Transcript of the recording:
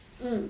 mm